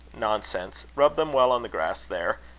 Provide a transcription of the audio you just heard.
nonsense! rub them well on the grass there.